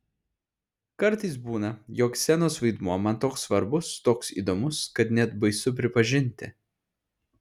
kartais būna jog scenos vaidmuo man toks svarbus toks įdomus kad net baisu pripažinti